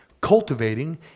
cultivating